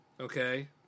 Okay